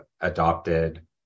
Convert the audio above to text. adopted